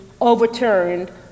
overturned